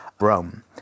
Rome